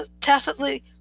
tacitly